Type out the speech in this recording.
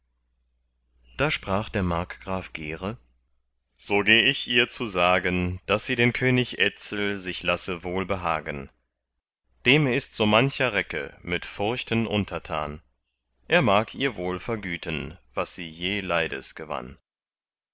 da sprach markgraf gere so geh ich ihr zu sagen daß sie den könig etzel sich lasse wohlbehagen dem ist so mancher recke mit furchten untertan er mag ihr wohl vergüten was sie je leides gewann